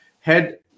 head